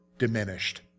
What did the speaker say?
diminished